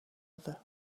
other